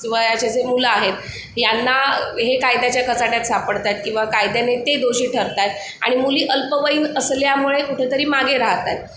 वयाचे जे मुलं आहेत यांना हे कायद्याच्या कचाट्यात सापडत आहेत किंवा कायद्याने ते दोषी ठरत आहेत आणि मुली अल्पवयीन असल्यामुळे कुठंतरी मागे राहत आहेत